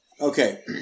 Okay